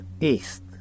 east